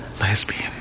lesbian